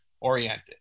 oriented